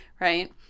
right